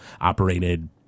operated